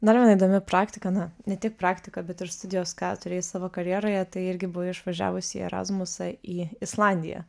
dar viena įdomi praktika na ne tik praktika bet ir studijos ką turėjai savo karjeroje tai irgi buvai išvažiavusi į erasmusą į islandiją